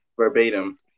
verbatim